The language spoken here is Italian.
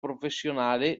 professionale